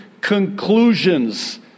conclusions